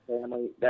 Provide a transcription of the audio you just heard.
family